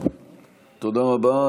תודה רבה.